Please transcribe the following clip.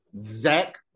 Zach